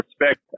respect